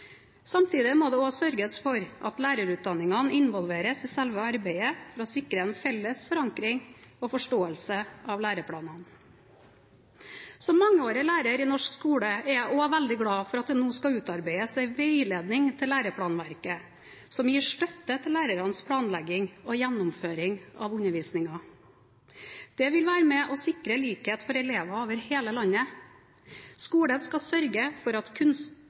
Samtidig må det også sørges for at lærerutdanningene involveres i selve arbeidet for å sikre en felles forankring av og forståelse for læreplanene. Som mangeårig lærer i norsk skole er jeg også veldig glad for at det nå skal utarbeides en veiledning til læreplanverket som gir støtte til lærernes planlegging og gjennomføring av undervisningen. Dette vil være med å sikre likhet for elever over hele landet. Skolen skal sørge for kunnskap til alle, og det er derfor viktig at